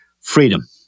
freedom